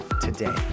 today